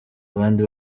abandi